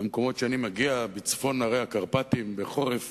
מהמקומות שמהם אני מגיע: בצפון הרי הקרפטים, בחורף